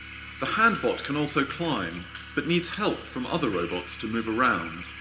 the handbot can also climb but needs help from other robots to move around.